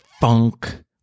funk